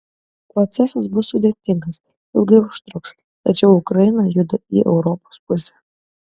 procesas bus sudėtingas ilgai užtruks tačiau ukraina juda į europos pusę